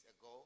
ago